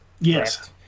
Yes